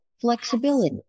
flexibility